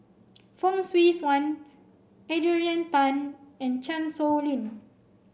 Fong Swee Suan Adrian Tan and Chan Sow Lin